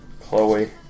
Chloe